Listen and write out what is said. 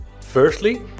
Firstly